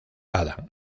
adam